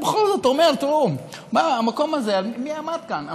אתה בכל זאת אומר: המקום הזה, מי עמד כאן?